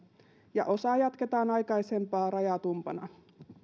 ja osa jatketaan aikaisempaa rajatumpana